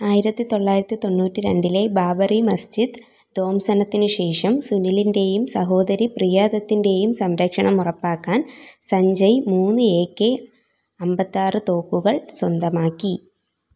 ആയിരത്തി തൊള്ളായിരത്തി തൊണ്ണൂറ്റി രണ്ടിലെ ബാബറി മസ്ജിദ് ധ്വംസനത്തിനുശേഷം സുനിലിൻ്റെയും സഹോദരി പ്രിയാദത്തിൻ്റെയും സംരക്ഷണം ഉറപ്പാക്കാൻ സഞ്ജയ് മൂന്ന് എ കെ അമ്പത്താറ് തോക്കുകൾ സ്വന്തമാക്കി